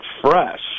fresh